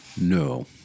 No